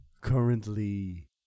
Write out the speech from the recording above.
currently